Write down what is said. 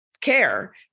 care